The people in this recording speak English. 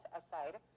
aside